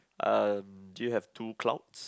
uh do you have two clouds